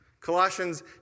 Colossians